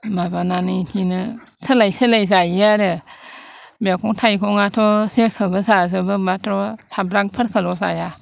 माबानानै बेदिनो सोलाय सोलाय जायो आरो मैगं थाइगङाथ जेखौबो जाजोबो सामब्रामफोरखोल' जाया